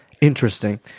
Interesting